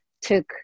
took